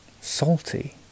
salty